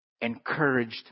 encouraged